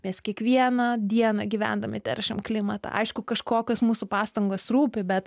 mes kiekvieną dieną gyvendami teršiam klimatą aišku kažkokios mūsų pastangos rūpi bet